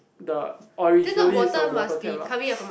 the originally is a water tap lah